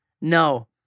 No